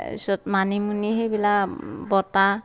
তাৰ পিছত মানিমুনি সেইবিলাক বটা